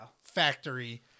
factory